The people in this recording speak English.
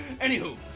Anywho